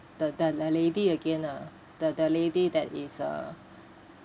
the the the lady again ah the the lady that is uh